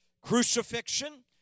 crucifixion